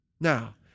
Now